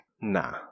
Nah